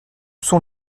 sont